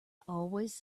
always